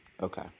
Okay